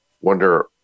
wonder